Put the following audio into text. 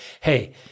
hey